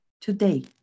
today